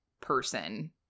person